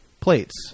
plates